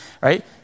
right